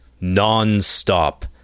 non-stop